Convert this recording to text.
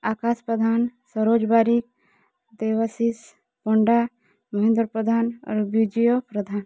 ଆକାଶ ପ୍ରଧାନ ସରୋଜ ବାରିକ ଦେବାଶିଷ ପଣ୍ଡା ମହେନ୍ଦ୍ର ପ୍ରଧାନ ଅର ବିଜୟ ପ୍ରଧାନ